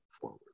forward